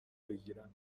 بگیرم